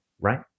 right